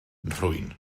nhrwyn